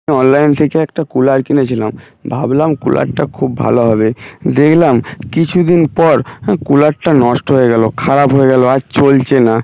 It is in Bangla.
অনলাইন থেকে একটা কুলার কিনেছিলাম ভাবলাম কুলারটা খুব ভালো হবে দেখলাম কিছু দিন পর কুলারটা নষ্ট হয়ে গেলো খারাপ হয়ে গেলো আর চলছে না